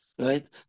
Right